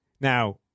Now –